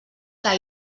que